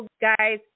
guys